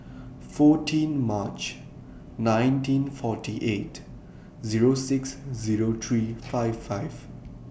fourteen March nineteen forty eight Zero six Zero three five five